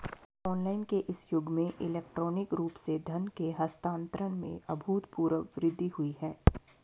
online के इस युग में इलेक्ट्रॉनिक रूप से धन के हस्तांतरण में अभूतपूर्व वृद्धि हुई है